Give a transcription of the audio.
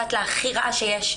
סטלה הכי רעה שיש,